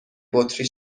بطری